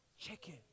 chicken